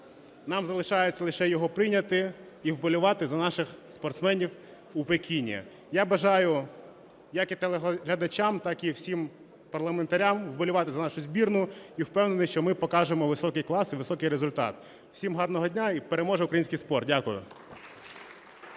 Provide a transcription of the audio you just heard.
нам залишається лише його прийняти і вболівати за наших спортсменів у Пекіні. Я бажаю як і телеглядачам, так і всім парламентарям, вболівати за нашу збірну. І впевнений, що ми покажемо високий клас і високий результат. Всім гарного дня! І переможе український спорт! Дякую.